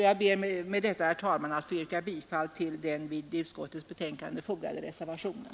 Jag ber med detta, herr talman, att få yrka bifall till den vid utskottets betänkande fogade reservationen.